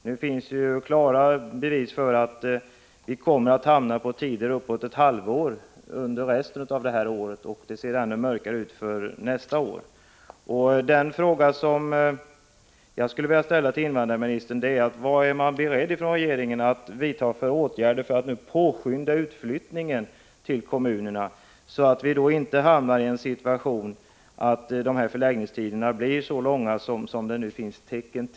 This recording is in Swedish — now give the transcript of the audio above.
Nu finns emellertid klara bevis för att det under detta år kommer att uppstå väntetider som blir uppemot ett halvår, och det ser ännu mörkare ut för nästa år. Den fråga som jag skulle vilja ställa till invandrarministern lyder: Vilka åtgärder är man från regeringens sida beredd att vidta för att påskynda utflyttningen till kommunerna, så att vi inte hamnar i den situationen att förläggningstiderna blir så långa som det nu finns tecken på?